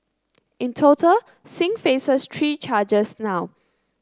in total Singh faces three charges now